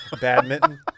badminton